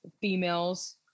females